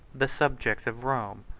the subjects of rome,